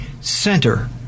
center